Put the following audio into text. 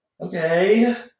Okay